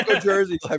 jersey